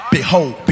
Behold